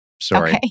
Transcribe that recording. Sorry